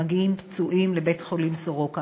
מגיעים פצועים לבית-החולים סורוקה,